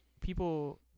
people